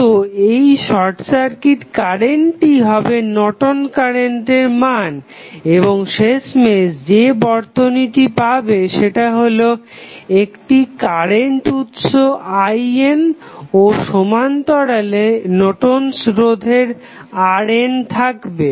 তো এই short circuit কারেন্টটিই হবে নর্টন'স কারেন্টের Nortons current মান এবং শেষমেশ যে বর্তনীটি পাবে সেটা হলো একটি কারেন্ট উৎস IN ও সমান্তরালে নর্টন'স রোধের Nortons resistance RN থাকবে